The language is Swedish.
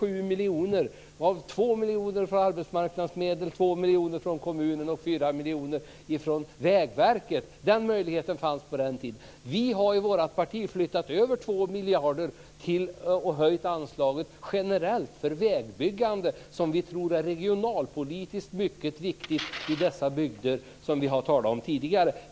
2 miljoner kronor kommer från arbetsmarknadsmedel, 2 miljoner kronor från kommunen och 3 miljoner kronor från Vägverket. Den möjligheten fanns på den tiden. Vi i vårt parti har flyttat över 2 miljarder kronor och generellt höjt anslaget till vägbyggande, vilket vi tror är regionalpolitiskt mycket viktigt i dessa bygder som vi har talat om tidigare.